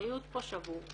הריהוט פה שבור.